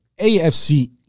AFC